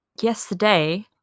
yesterday